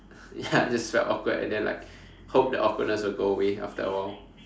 ya it just felt awkward and then like hope the awkwardness will go away after a while